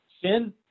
Sin